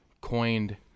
coined